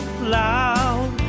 loud